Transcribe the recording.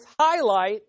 highlight